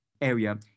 area